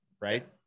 right